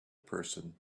person